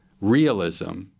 realism